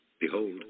Behold